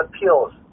appeals